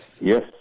Yes